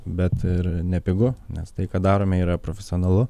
bet ir nepigu nes tai ką darome yra profesionalu